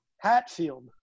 Hatfield